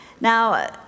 Now